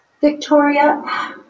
Victoria